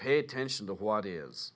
pay attention to what is